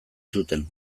zuten